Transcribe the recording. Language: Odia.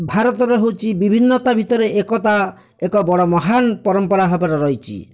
ଭାରତର ହେଉଛି ବିଭିନ୍ନତା ଭିତରେ ଏକତା ଏକ ବଡ଼ ମହାନ ପରମ୍ପରା ଭାବରେ ରହିଛି